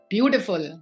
Beautiful